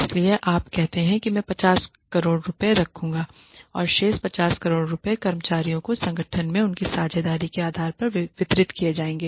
इसलिए आप कहते हैं कि मैं 50 करोड़ रुपये रखूंगा और शेष 50 करोड़ रुपये कर्मचारियों को संगठन में उनकी हिस्सेदारी के आधार पर वितरित किए जाएंगे